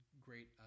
great